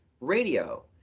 radio